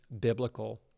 biblical